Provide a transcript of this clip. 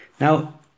Now